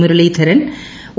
Muraleedharan O